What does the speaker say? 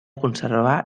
conservar